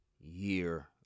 year